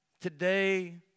Today